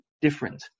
different